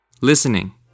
Listening